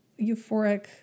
euphoric